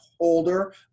holder